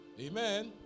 Amen